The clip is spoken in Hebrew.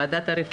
ועדת הרפורמות.